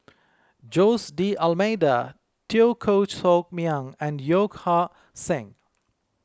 Jose D Almeida Teo Koh Sock Miang and Yeo Ah Seng